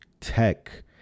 tech